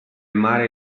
mare